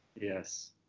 Yes